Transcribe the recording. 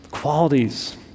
qualities